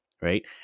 Right